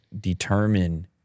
determine